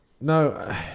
No